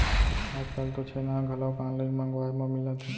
आजकाल तो छेना ह घलोक ऑनलाइन मंगवाए म मिलत हे